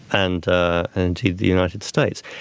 and the and the united states.